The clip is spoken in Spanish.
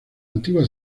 antigua